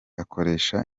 akoresha